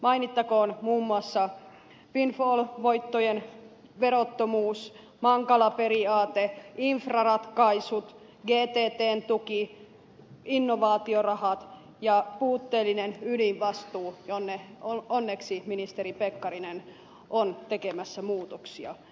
mainittakoon muun muassa windfall voittojen verottomuus mankala periaate infraratkaisut gtn tuki innovaatiorahat ja puutteellinen ydinvastuu johon onneksi ministeri pekkarinen on tekemässä muutoksia